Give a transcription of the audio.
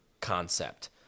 concept